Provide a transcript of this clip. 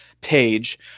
page